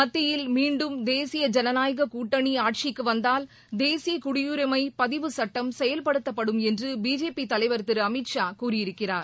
மத்தியில் மீண்டும் தேசிய ஜனநாயக கூட்டணி ஆட்சிக்கு வந்தால் தேசிய குடியுரிமை பதிவு சட்டம் செயல்படுத்தப்படும் என்று பிஜேபி தலைவர் திரு அமித் ஷா கூறியிருக்கிறார்